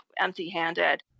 empty-handed